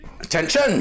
Attention